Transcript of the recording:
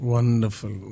Wonderful